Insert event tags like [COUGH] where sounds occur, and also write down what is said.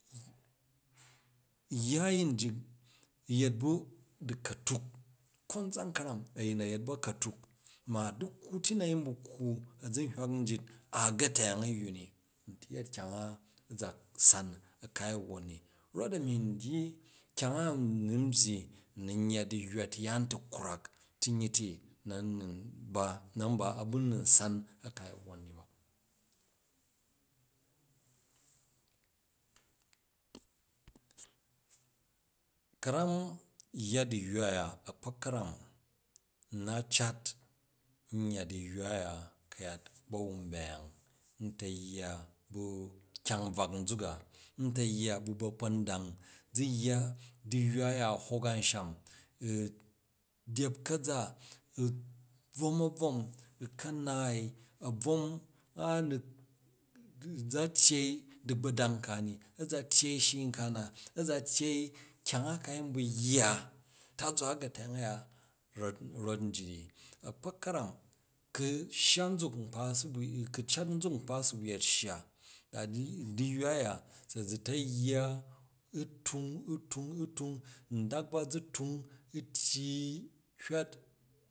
Yya a̱yin ji yet bu̱ du̱katuk, konzan ka̱ram a̱yin a̱ yet bu̱ a̱katuk ma du̱kwuti na yin bu̱ kkwa a̱zahwak ryit a̱ ga̱tuyang ayyu ni nti yerkyang ana san akal a wwan ni, rota̱mi ndyyi kyang a nan byyi n yyadiyywa tuyaan ti krwak tu nyyili nan baa̱ ba nan san a̱ kai a̱wwon ni ba, [HESITATION] ka̱ram yya du̱yywa a̱ya a̱kpak ku̱ran n na cat n ta yya ka̱yat kyang nbvak nzuk ga, nta yya bu̱ ka̱kpa̱ndang za yya du̱yywa a̱ya u̱ hok a̱nsham u̱ dyep ka̱za bvom a̱bvom u̱ ka̱naou, abrom ma a nu za tyyee du̱gba̱dang nka ni a za tyyei shii nka na a za tyyei kyang a ka yin bu yya a̱nta̱zwa a̱ka̱tuyang a̱ya rot nyit ni, a̱ka̱k ka̱ram ku shya nzaknkpa su bu, kucat nzuk nkpa swbu̱ yet shege da du̱yywa a̱ya sa zu ta̱yya u̱ tungi u̱ tung u̱ tung, ndok ba zu tung tyyi tywat.